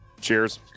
cheers